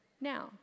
now